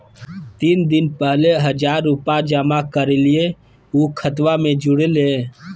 तीन दिन पहले हजार रूपा जमा कैलिये, ऊ खतबा में जुरले?